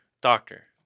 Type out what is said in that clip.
Doctor